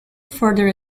further